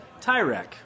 Tyrek